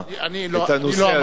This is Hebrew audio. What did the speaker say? אני לא אמרתי זאת,